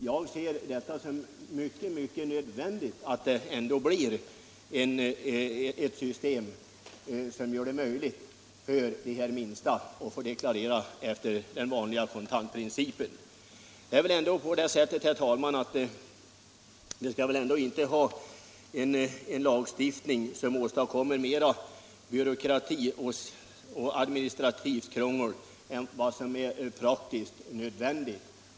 Jag ser det som i hög grad nödvändigt att vi får ett system som gör det möjligt för de här minsta jordbrukarna att deklarera efter den vanliga kontantprincipen. Vi skall väl ändå inte, herr talman, ha en lagstiftning som åstadkommer inkomst av mer byråkrati och administrativt krångel än vad som är praktiskt nödvändigt.